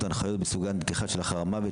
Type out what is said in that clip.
וההנחיות בסוגיית נתיחה שלאחר המוות,